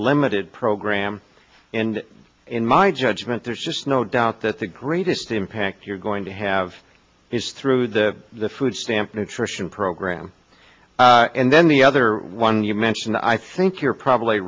limited program and in my judgment there's just no doubt that the greatest impact you're going to have is through the food stamp nutrition program and then the other one you mentioned i think you're probably